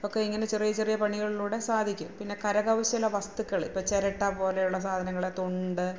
ഒക്കെ ഇങ്ങനെ ചെറിയ ചെറിയ പണികളിലൂടെ സാധിക്കും പിന്നെ കരകൗശല വസ്തുക്കൾ ഇപ്പം ചിരട്ട പോലെയുള്ള സാധനങ്ങൾ തൊണ്ട്